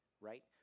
right